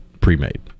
pre-made